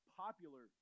popular